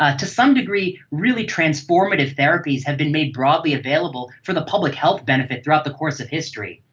ah to some degree, really transformative therapies have been made broadly available for the public health benefit throughout the course of history,